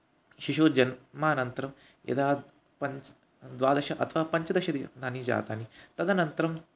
शिशोः जन्मानन्तरं यदा पञ्च द्वादश अथवा पञ्चदशदिनानि जातानि तदनन्तरं